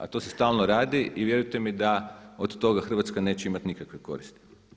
A to se stalno radi i vjerujte mi da od toga Hrvatska neće imati nikakve koristi.